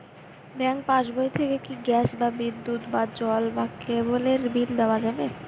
Bank পাশবই থেকে কি গ্যাস বা বিদ্যুৎ বা জল বা কেবেলর বিল দেওয়া যাবে?